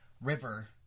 river